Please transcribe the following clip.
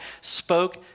spoke